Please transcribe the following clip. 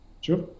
sure